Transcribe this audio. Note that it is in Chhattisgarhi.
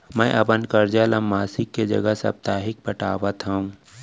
मै अपन कर्जा ला मासिक के जगह साप्ताहिक पटावत हव